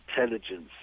intelligence